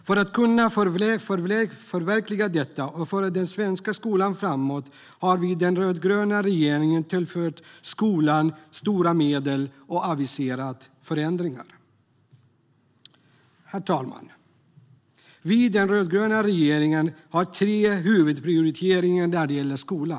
För att kunna förverkliga detta och föra den svenska skolan framåt har vi i den rödgröna regeringen tillfört skolan stora medel och aviserat förändringar. Herr talman! Den rödgröna regeringen har tre huvudprioriteringar när det gäller skolan.